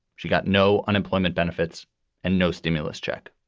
she got no unemployment benefits and no stimulus check